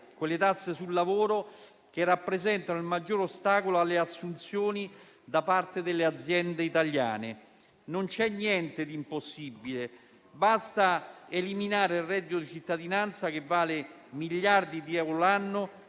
che le tasse sul lavoro rappresentano il maggior ostacolo alle assunzioni da parte delle aziende italiane. Non c'è niente di impossibile, basta eliminare il reddito di cittadinanza che vale miliardi di euro l'anno